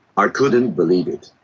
i couldn't believe it.